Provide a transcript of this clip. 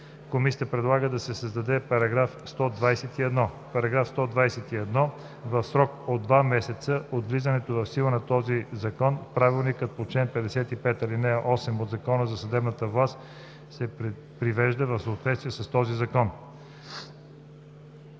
Комисията предлага да се създаде § 121: „§ 121. В срок до два месеца от влизането в сила на този закон правилникът по чл. 55, ал. 8 от Закона за съдебната власт се привежда в съответствие с този закон.“